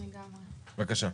כן, בבקשה.